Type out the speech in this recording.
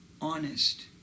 honest